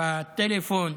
בטלפון,